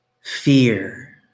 fear